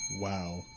Wow